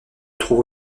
trouve